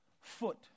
foot